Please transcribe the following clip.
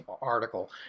article